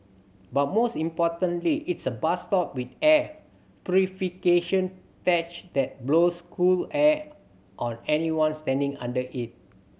but most importantly it's a bus stop with air purification tech that blows cool air on anyone standing under it